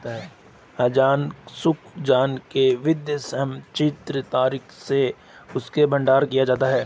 अनाज सूख जाने के बाद समुचित तरीके से उसका भंडारण किया जाता है